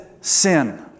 sin